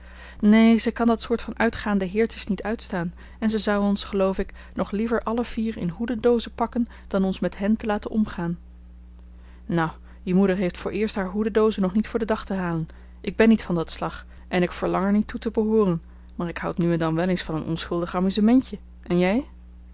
neen ze kan dat soort van uitgaande heertjes niet uitstaan en ze zou ons geloof ik nog liever alle vier in hoedendoozen pakken dan ons met hen te laten omgaan nou je moeder heeft vooreerst haar hoedendoozen nog niet voor den dag te halen ik ben niet van dat slag en ik verlang er niet toe te behooren maar ik houd nu en dan wel eens van een onschuldig amusementje en jij